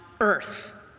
earth